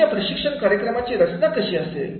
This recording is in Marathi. तुमच्या प्रशिक्षण कार्यक्रमाची रचना कशी असतील